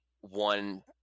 one